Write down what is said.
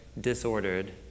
disordered